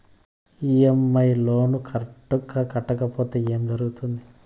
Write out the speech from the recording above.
EMI loan correct గా కట్టకపోతే ఏం జరుగుతుంది